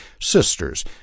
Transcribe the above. sisters